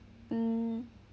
mm